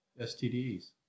STDs